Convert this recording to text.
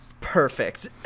Perfect